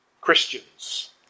Christians